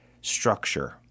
structure